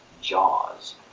Jaws